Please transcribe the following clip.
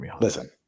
listen